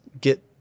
get